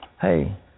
hey